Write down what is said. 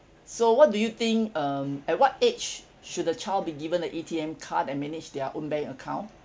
so what do you think um at what age should the child be given a A_T_M card and manage their own bank account